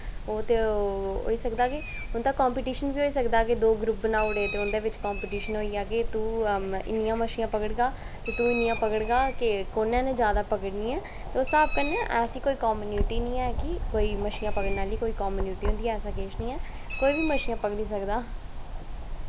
ओह् ते ओह् होई सकदा कि उं'दा कम्पीटिशन बी होई सकदा कि दो ग्रुप बनाई ओड़े ते उं'दे बिच उं'दे कम्पीटिशन होई जा कि तूं इन्नियां मच्छियां पकड़गा ते तूं इन्नियां पकड़गा कि कु'न्नै जैदा पकड़नियां उस स्हाब कन्नै अस कोई कम्युनिटी निं ऐ कि कोई मच्छियां पकड़ने आह्ली कोई कम्युनिटी होंदी ऐ ऐसा किश निं ऐ कोई बी मच्छियां पकड़ी सकदा